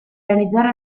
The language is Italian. realizzare